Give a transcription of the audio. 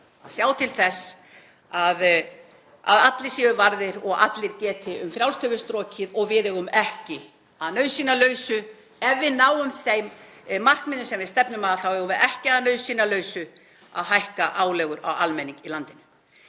að sjá til þess að allir séu varðir og allir geti um frjálst höfuð strokið og ef við náum þeim markmiðum sem við stefnum að þá eigum við ekki að nauðsynjalausu að hækka álögur á almenning í landinu.